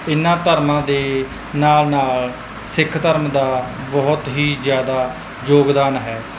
ਇਹਨਾਂ ਧਰਮਾਂ ਦੇ ਨਾਲ ਨਾਲ ਸਿੱਖ ਧਰਮ ਦਾ ਬਹੁਤ ਹੀ ਜ਼ਿਆਦਾ ਯੋਗਦਾਨ ਹੈ